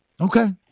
Okay